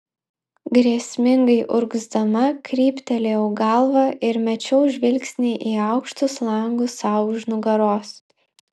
grėsmingai urgzdama kryptelėjau galvą ir mečiau žvilgsnį į aukštus langus sau už nugaros